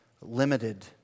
limited